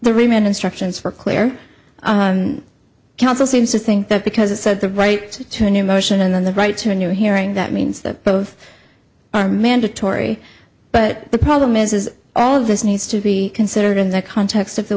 the remain instructions for clear counsel seems to think that because it said the right to a new motion and then the right to a new hearing that means that both are mandatory but the problem is all of this needs to be considered in the context of the